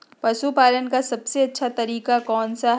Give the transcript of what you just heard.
पशु पालन का सबसे अच्छा तरीका कौन सा हैँ?